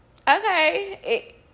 okay